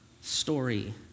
story